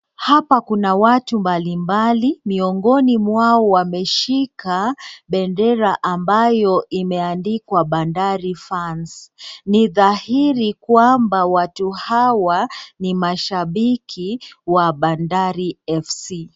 Hapa kuna watu mbalimbali miongoni mwao wameshika bendera ambayo imeandikwa Bandari Fans. Ni dhairi kwamba watu hawa ni mashambiki wa Bandari FC.